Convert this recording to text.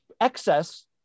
excess